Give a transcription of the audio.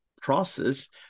process